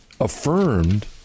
affirmed